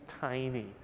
tiny